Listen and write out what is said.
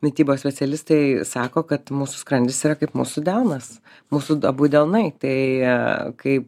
mitybos specialistai sako kad mūsų skrandis yra kaip mūsų delnas mūsų abu delnai tai a kai